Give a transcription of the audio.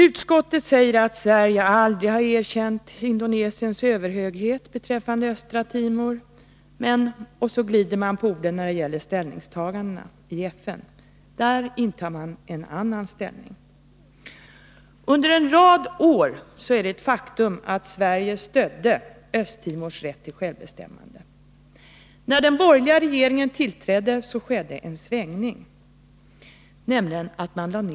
Utskottet säger att Sverige aldrig har erkänt Indonesiens överhöghet över Östra Timor, men — och så glider man på orden när det gäller ställningstaganden — i FN har man intagit en annan ståndpunkt. Det är ett faktum att Sverige under en rad år stödde Östtimors rätt till självbestämmande. När den borgerliga regeringen tillträdde skedde en svängning; Sverige lade nämligen ned sin röst i FN.